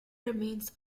remains